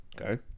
okay